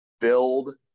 build